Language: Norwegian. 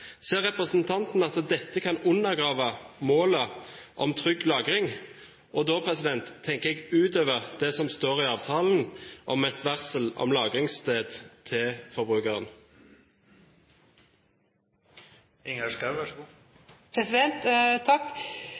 Ser representanten at dette kan undergrave målet om trygg lagring – og da tenker jeg utover det som står i avtalen om et varsel om lagringssted til